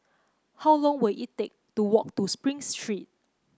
how long will it take to walk to Spring Street